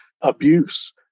Abuse